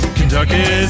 Kentucky